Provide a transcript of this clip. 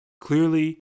clearly